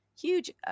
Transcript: huge